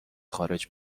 خارج